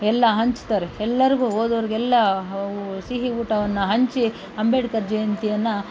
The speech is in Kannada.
ಎಲ್ಲ ಹಂಚ್ತಾರೆ ಎಲ್ಲರಿಗೂ ಹೋದವ್ರ್ಗೆಲ್ಲ ಸಿಹಿ ಊಟವನ್ನು ಹಂಚಿ ಅಂಬೇಡ್ಕರ್ ಜಯಂತಿಯನ್ನು